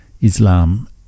Islam